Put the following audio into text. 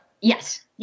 Yes